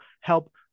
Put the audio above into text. help